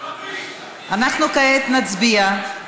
אנחנו כעת נצביע.